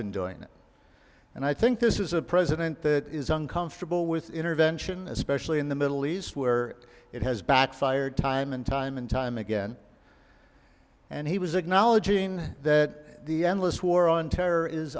been doing it and i think this is a president that is uncomfortable with intervention especially in the middle east where it has backfired time and time and time again and he was acknowledging that the endless war on terror is